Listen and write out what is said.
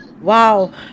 wow